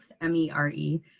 M-E-R-E